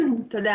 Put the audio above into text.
תודה רבה.